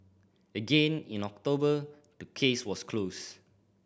again in October the case was closed